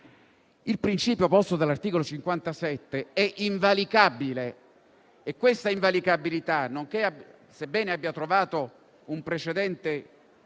il principio posto dall'articolo 57 è invalicabile e questa invalicabilità, sebbene abbia trovato un precedente